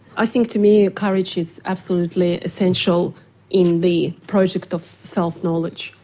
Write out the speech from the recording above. i think to me courage is absolutely essential in the project of self-knowledge.